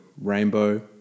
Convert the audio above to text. rainbow